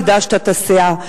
הגדשת את הסאה.